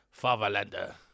Fatherlander